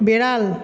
বেড়াল